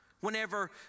whenever